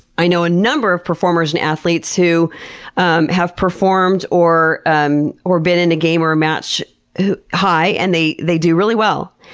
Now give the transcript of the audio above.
i know a number of performers and athletes who um have performed or um or been in a game or a match high and they they do really well.